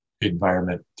environment